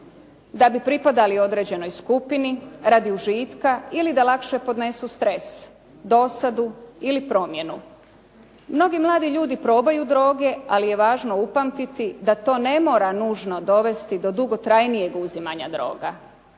da bi pripadali određenoj skupini, radi užitka ili da lakše podnesu stres, dosadu ili promjenu. Mnogi mladi ljudi probaju droge, ali je važno upamtiti da to ne mora nužno dovesti do dugotrajnijeg uzimanja droga.